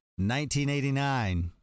1989